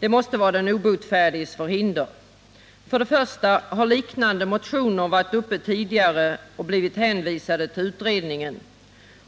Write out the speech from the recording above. Det måste vara den obotfärdiges förhinder. Liknande motioner har varit uppe tidigare och blivit hänvisade till utredningen,